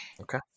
Okay